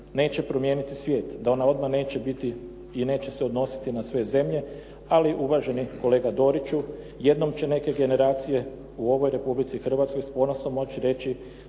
neće promijeniti svijet, da ona odmah neće biti i neće se odnositi na sve zemlje ali uvaženi kolega Doriću jednom će neke generacije u ovoj Republici Hrvatskoj s ponosom moći reći